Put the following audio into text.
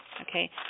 Okay